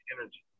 energy